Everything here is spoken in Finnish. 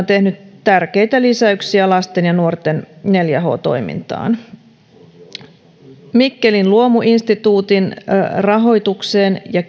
tehnyt tärkeitä lisäyksiä lasten ja nuorten neljä h toimintaan mikkelin luomuinstituutin rahoitukseen ja